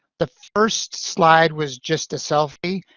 the first slide was just a selfie,